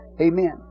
Amen